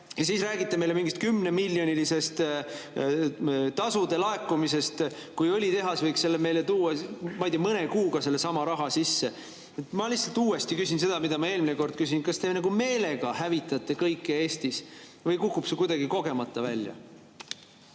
Ja siis räägite meile mingist 10‑miljonilisest tasude laekumisest, kui õlitehas võiks meile tuua vaid mõne kuuga sellesama raha sisse. Ma lihtsalt uuesti küsin seda, mida ma eelmine kord küsisin: kas te meelega hävitate Eestis kõike või kukub see kuidagi kogemata nii välja?